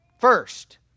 first